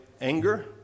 anger